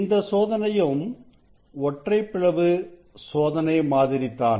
இந்த சோதனையும் ஒற்றைப் பிளவு சோதனை மாதிரிதான்